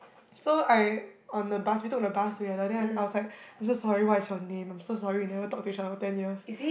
so I on the bus we took the bus together then I was like I'm so sorry what is your name I'm so sorry we never talk to each other for ten years